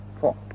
four